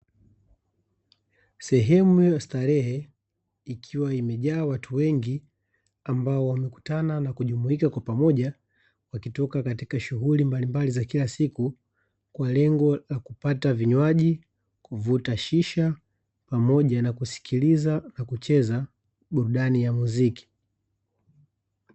Sehemu ya starehe ikiwa imejaa watu wengi ambao wamekutana na kujumuika kwa pamoja wakitoka katika shughuli mbalimbali za kila siku kwa lengo la kupata vinywaji, kuvuta shisha pamoja na kusikiliza na kucheza burudani ya muziki.